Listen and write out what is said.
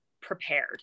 prepared